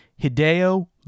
Hideo